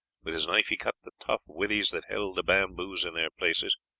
with his knife he cut the tough withes that held the bamboos in their places,